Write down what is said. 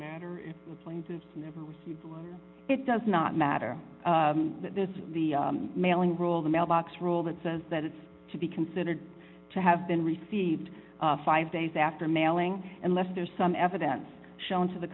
matter if the plaintiff never received it does not matter that this is the mailing rule the mailbox rule that says that it's to be considered to have been received five days after mailing unless there's some evidence shown to the